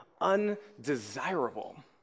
undesirable